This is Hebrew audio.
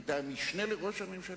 היית המשנה לראש הממשלה,